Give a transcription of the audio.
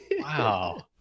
Wow